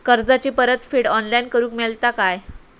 कर्जाची परत फेड ऑनलाइन करूक मेलता काय?